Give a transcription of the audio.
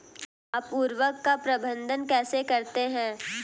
आप उर्वरक का प्रबंधन कैसे करते हैं?